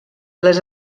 les